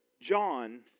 John